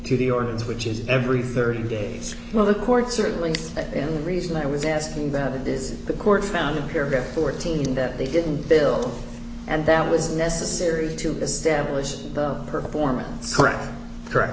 the ordinance which is every thirty days well the courts certainly and the reason i was asking that is the court found in paragraph fourteen that they didn't bill and that was necessary to establish performance correct correct